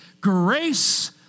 grace